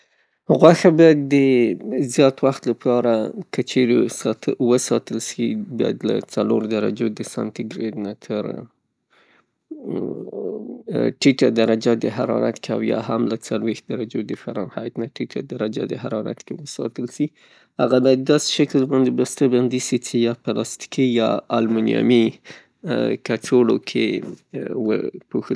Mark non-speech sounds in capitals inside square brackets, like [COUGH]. غوښه بیا د زیات وخت لپاره که چیرې وساتل سي، باید له څلورو درجو د سانتي ګیرید نه ټیټه درجه د حرارت او یاهم د څلویښتو درجو د فرانهایت نه ټیټه درجه د حرارت کې وساتل سي، [HESITATION] هغه باید داسې شکل باندې بسته بندي سي چه یا پلاستیک یا المونیمي کڅوړو کې و، وپوښل. [UNINTELLIGIBLE]